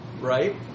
right